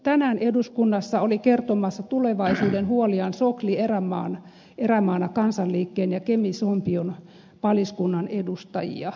tänään eduskunnassa oli kertomassa tulevaisuuden huoliaan sokli erämaana kansanliikkeen ja keminsompion paliskunnan edustajia